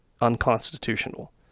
unconstitutional